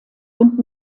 und